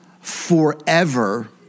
forever